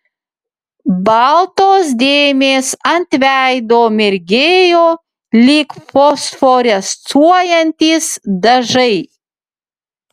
baltos dėmės ant veido mirgėjo lyg fosforescuojantys dažai